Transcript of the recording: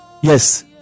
Yes